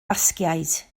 basgiaid